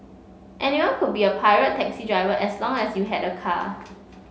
anyone could be a pirate taxi driver as long as you had a car